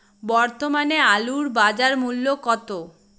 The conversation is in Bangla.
বর্তমানে আলুর বাজার মূল্য কত?